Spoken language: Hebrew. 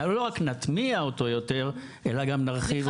לא רק נטמיע אותו יותר אלא גם נרחיב אותו.